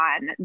on